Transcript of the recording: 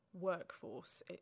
workforce